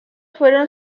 fueron